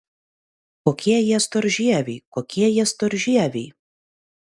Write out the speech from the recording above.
kokie jie storžieviai kokie jie storžieviai